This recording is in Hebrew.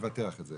לבטח את זה.